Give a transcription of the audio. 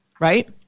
right